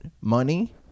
money